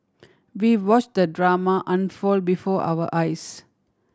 we watch the drama unfold before our eyes